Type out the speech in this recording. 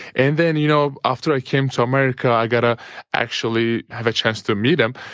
and then, you know after i came to america, i got to actually have a chance to meet him.